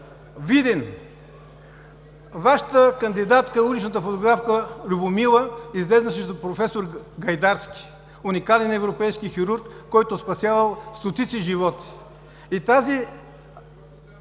Видин. Вашата кандидатка, уличната фотографка Любомила излезе срещу проф. Гайдарски – уникален европейски хирург, който е спасявал стотици животи. Тази